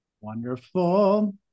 Wonderful